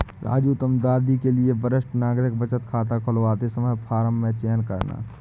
राजू तुम दादी के लिए वरिष्ठ नागरिक बचत खाता खुलवाते समय फॉर्म में चयन करना